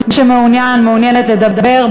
מי שמעוניין / מעוניינת לדבר,